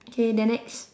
okay the next